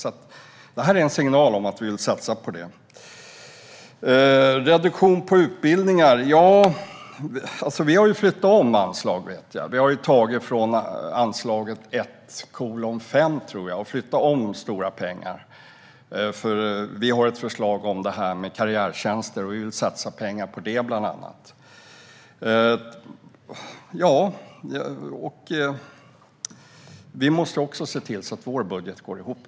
Det här är alltså en signal om att vi vill satsa på det. När det gäller reduktion på utbildningar vet jag att vi har flyttat om anslag. Vi har tagit från anslaget 1:5 - tror jag - och flyttat om stora summor pengar. Vi har bland annat ett förslag om karriärtjänster som vi vill satsa på. Vi måste naturligtvis också se till att vår budget går ihop.